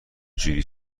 جوری